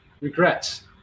regrets